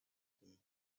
him